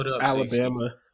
Alabama